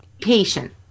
Patient